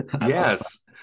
yes